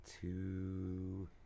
Two